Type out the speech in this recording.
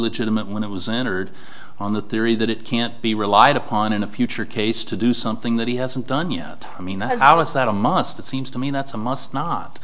legitimate when it was entered on the theory that it can't be relied upon in a future case to do something that he hasn't done you know i mean i was not a must it seems to me that's a must not